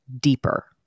deeper